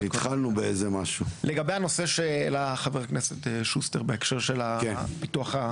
לגבי הנושא של חבר הכנסת שוסטר בהקשר של פיתוח.